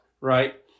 right